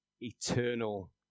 eternal